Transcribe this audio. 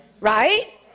right